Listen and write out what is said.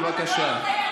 בבקשה,